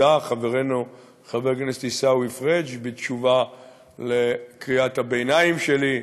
חברנו חבר הכנסת עיסאווי פריג' בתשובה כל קריאת הביניים שלי.